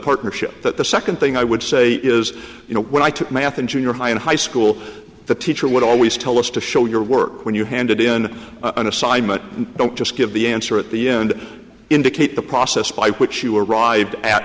partnership that the second thing i would say is you know when i took math in junior high in high school the teacher would always tell us to show your work when you handed in an assignment don't just give the answer at the end indicate the process by which you arrived at